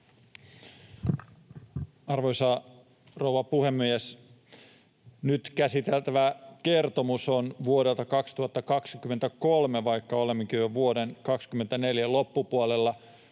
Arvoisa rouva puhemies! Nyt käsiteltävä kertomus on vuodelta 2023, vaikka olemmekin jo vuoden 24 loppupuolella.